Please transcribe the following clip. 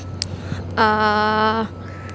uh